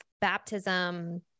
baptism